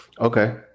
Okay